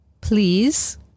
please